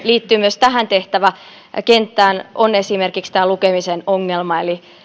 liittyy myös tähän tehtäväkenttään on esimerkiksi tämä lukemisen ongelma eli